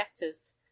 letters